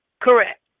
Correct